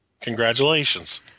Congratulations